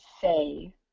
say